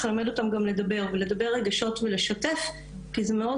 ללמד אותם גם לדבר ולדבר רגשות ולשתף כי זה מאוד